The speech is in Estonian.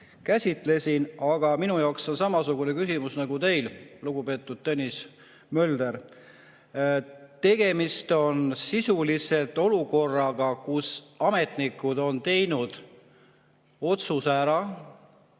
käsitlesin. Minu jaoks on see samasugune küsimus nagu teil, lugupeetud Tõnis Mölder. Tegemist on sisuliselt olukorraga, kus ametnikud on teinud otsuse ära,